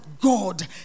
God